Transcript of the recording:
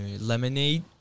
lemonade